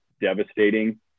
devastating